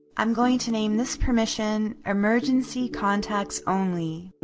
i'm going to name this permission, emergency contacts only.